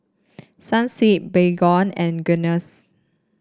Sunsweet Baygon and Guinness